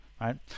right